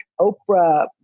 Oprah